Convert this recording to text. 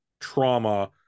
trauma